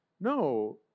no